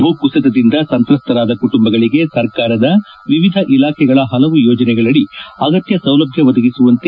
ಭೂಕುಸಿತದಿಂದ ಸಂತ್ರಸ್ತರಾದ ಕುಟುಂಬಗಳಿಗೆ ಸರ್ಕಾರದ ವಿವಿಧ ಇಲಾಖೆಗಳ ಹಲವು ಯೋಜನೆಗಳಡಿ ಅಗತ್ಯ ಸೌಲಭ್ಯ ಒದಗಿಸುವಂತೆ ಕೆ